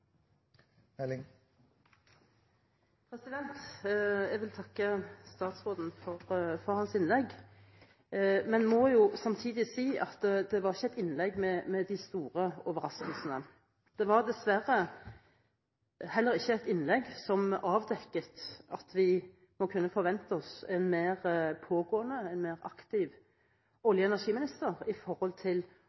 være. Jeg vil takke statsråden for hans innlegg, men jeg må samtidig si at det var ikke et innlegg med de store overraskelsene. Det var dessverre heller ikke et innlegg som avdekket at vi må kunne forvente oss en mer pågående, en mer aktiv olje- og energiminister når det gjelder å få opp kapasiteten på kraftutveksling med utlandet. Statsråden refererte til